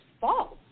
false